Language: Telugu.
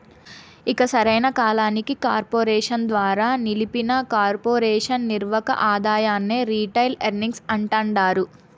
ఇక సరైన కాలానికి కార్పెరేషన్ ద్వారా నిలిపిన కొర్పెరేషన్ నిర్వక ఆదాయమే రిటైల్ ఎర్నింగ్స్ అంటాండారు